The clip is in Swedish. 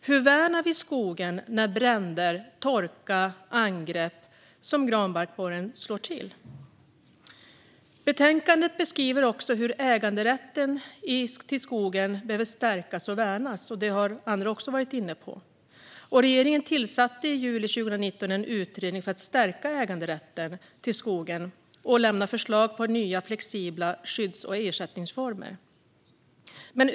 Hur värnar vi skogen när bränder, torka och angrepp som granbarkborren slår till? Betänkandet beskriver hur äganderätten till skogen behöver stärkas och värnas. Detta har även andra varit inne på. Regeringen tillsatte i juli 2019 en utredning för att stärka äganderätten till skogen och lämna förslag på nya, flexibla skydds och ersättningsformer.